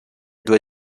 due